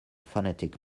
phonetic